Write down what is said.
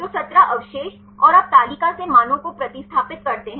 तो 17 अवशेष और आप तालिका से मानों को प्रतिस्थापित करते हैं